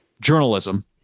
journalism